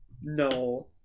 No